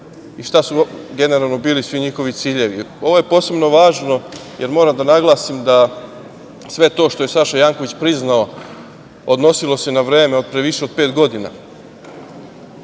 i šta su generalno bili svi njihovi ciljevi? Ovo je posebno važno jer moram da naglasim da sve to što je Saša Janković priznao, odnosilo se na vreme od pre više od pet godina.